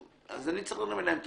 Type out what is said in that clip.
אני צריך להרים אליהם טלפון.